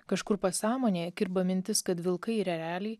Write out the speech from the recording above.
kažkur pasąmonėje kirba mintis kad vilkai ir ereliai